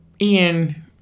Ian